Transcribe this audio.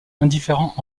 indifférent